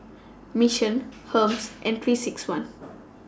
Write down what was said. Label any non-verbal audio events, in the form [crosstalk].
Mission Hermes [noise] and three six one [noise]